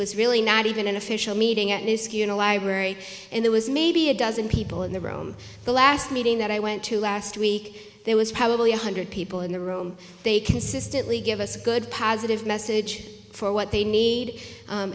was really not even an official meeting at misc unilag wherry and there was maybe a dozen people in the room the last meeting that i went to last week there was probably one hundred people in the room they consistently give us a good positive message for what they need